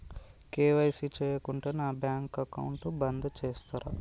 KYC చేయకుంటే నా bank account బంద్ చేస్తరా?